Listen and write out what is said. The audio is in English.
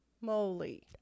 moly